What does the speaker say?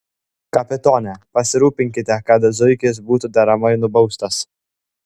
kapitone pasirūpinkite kad zuikis būtų deramai nubaustas